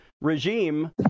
regime